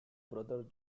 brother